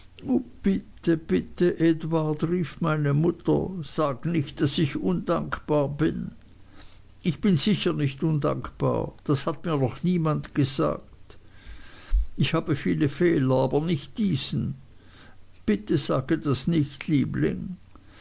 bitte bitte edward rief meine mutter sag nicht daß ich undankbar bin ich bin sicher nicht un dankbar das hat mir noch niemand gesagt ich habe viele fehler aber nicht diesen bitte sage das nicht liebling